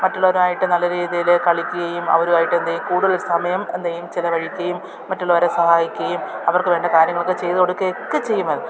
മറ്റുള്ളവരായിട്ട് നല്ല രീതിയിൽ കളിക്കുകയും അവരുമായിട്ട് എന്ത് ചെയ്യും കൂടുതൽ സമയം എന്ത് ചെയ്യും ചിലവഴിക്കുകയും മറ്റുള്ളവരെ സഹായിക്കുകയും അവർക്ക് വേണ്ട കാര്യങ്ങളൊക്കെ ചെയ്തു കൊടുക്കയൊക്കെ ചെയ്യും